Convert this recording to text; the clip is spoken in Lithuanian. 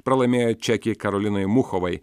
pralaimėjo čekei karolinai muchovai